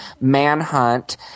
Manhunt